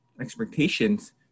expectations